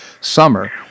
summer